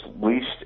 least